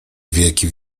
wieki